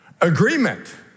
Agreement